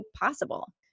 possible